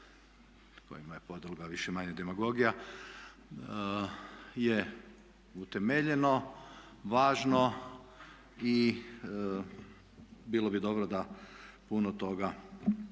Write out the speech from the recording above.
kojima je podloga više-manje demagogija je utemeljeno, važno i bilo bi dobro da puno toga